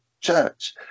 church